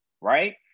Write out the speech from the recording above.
right